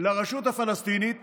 לרשות הפלסטינית